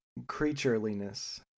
creatureliness